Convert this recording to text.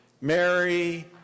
Mary